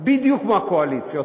בדיוק כמו הקואליציה,